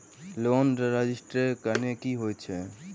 Loan restructuring की होइत अछि?